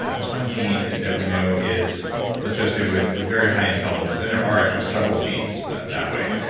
ah this one gene that we know is associated with very high intelligence and there are actually several genes that way.